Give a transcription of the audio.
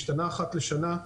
משתנה אחת לשנה,